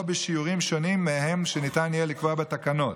או בשיעורים שונים מהם, שניתן יהיה לקבוע בתקנות.